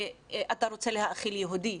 אתה רוצה להאכיל יהודי?